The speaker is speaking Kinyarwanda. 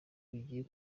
bigiye